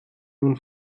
nun